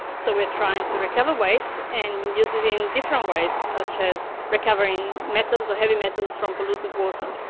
so we are trying to recover waste and use it in different ways, such as recovering metals or heavy metals from polluted water.